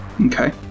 Okay